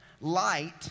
light